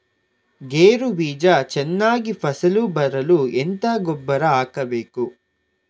ಗೇರು ಬೀಜ ಚೆನ್ನಾಗಿ ಫಸಲು ಬರಲು ಎಂತ ಗೊಬ್ಬರ ಹಾಕಬೇಕು?